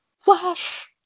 flash